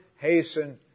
Hasten